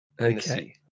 Okay